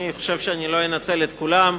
אני חושב שאני לא אנצל את כולן.